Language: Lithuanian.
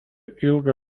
ilgą